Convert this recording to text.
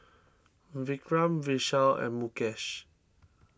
Vikram Vishal and Mukesh